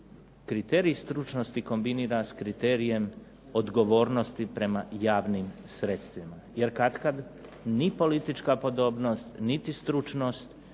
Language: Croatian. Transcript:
kriterij stručnosti kombinira s kriterijem odgovornosti prema javnim sredstvima. Jer katkad niti politička podobnost niti stručnost